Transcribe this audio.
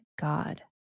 God